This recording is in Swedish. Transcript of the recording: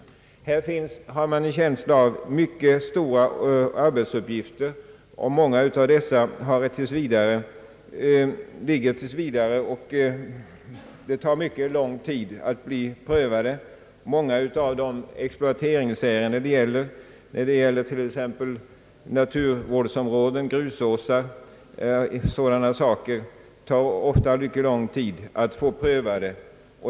Man har en känsla av att det finns mycket stora arbetsuppgifter, och många av dem ligger tills vidare och väntar på att bli prövade, vilket kan dröja mycket lång tid. Många av de exploateringsärenden som det gäller, t.ex. beträffande naturvårdsområden, grusåsar etc. tar nu alltför lång tid att få prövade.